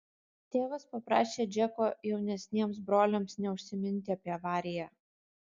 tėvas paprašė džeko jaunesniems broliams neužsiminti apie avariją